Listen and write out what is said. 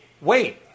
Wait